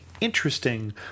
interesting